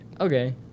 okay